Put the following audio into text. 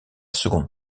seconde